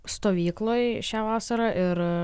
stovykloj šią vasarą ir